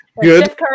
Good